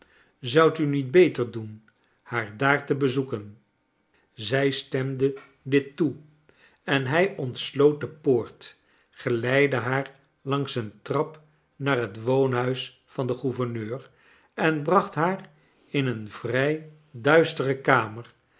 zoudt u niet beter doen haar daar te bezoeken zij stemde dit toe en hij ontsloot de poort geleidde haar langs een trap naar het woonhuis van den gouverneur en bracht haar in een vrij dulstere kamer